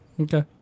Okay